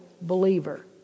believer